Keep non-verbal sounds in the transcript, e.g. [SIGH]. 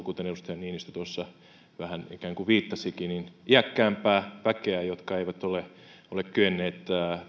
[UNINTELLIGIBLE] kuten edustaja niinistö tuossa vähän ikään kuin viittasikin että niissä asuu iäkkäämpää väkeä joka ei ole kyennyt